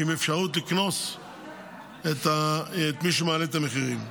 עם אפשרות לקנוס את מי שמעלה את המחירים.